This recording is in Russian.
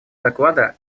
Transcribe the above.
доклада